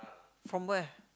from where